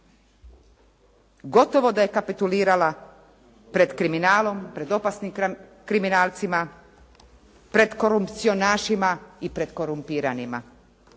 Gotovo da je kapitulirala pred kriminalom, pred opasnim kriminalcima, pred korupcionašima i pred korumpiranima.